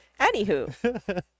Anywho